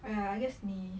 ya I guess 你